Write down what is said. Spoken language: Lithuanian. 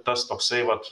tas toksai vat